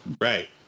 Right